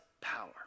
power